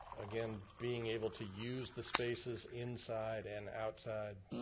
again, being able to use the spaces inside and outside.